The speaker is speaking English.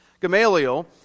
Gamaliel